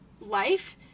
life